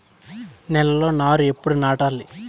నేలలో నారు ఎప్పుడు నాటాలి?